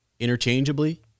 interchangeably